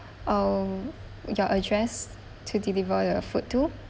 oh your address to deliver your food to